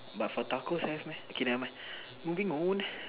but for tacos have meh okay never mind moving on